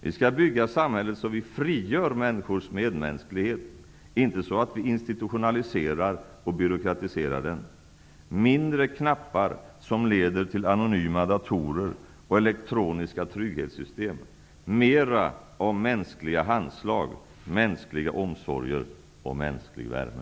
Vi skall bygga samhället så att vi frigör människors medmänsklighet, inte så att vi institutionaliserar och byråkratiserar. Mindre av knappar som leder till anonyma datorer och elektroniska trygghetssystem och mera av mänskliga handslag, mänskliga omsorger och mänsklig värme!